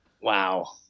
wow